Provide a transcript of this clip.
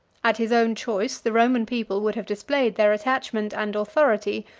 at his own choice, the roman people would have displayed their attachment and authority,